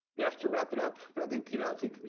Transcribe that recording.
you have to wrap it up but i think you know think you